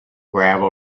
gravel